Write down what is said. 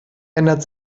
ändert